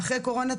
אחרי קורונה,